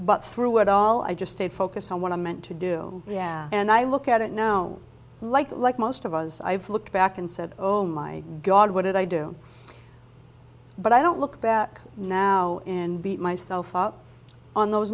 but through it all i just stayed focused on what i'm meant to do yeah and i look at it know like like most of us i've looked back and said oh my god what did i do but i don't look back now and beat myself up on those